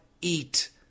eat